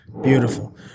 Beautiful